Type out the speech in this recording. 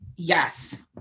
Yes